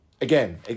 again